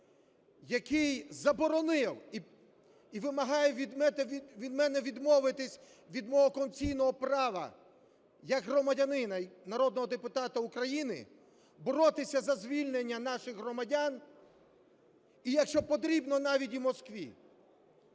який заборонив і вимагає від мене відмовитись від мого конституційного права, як громадянина і народного депутата України, боротися за звільнення наших громадян. І якщо потрібно, навіть і в Москві.